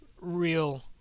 real